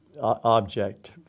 object